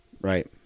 Right